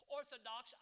orthodox